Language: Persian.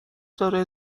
دارای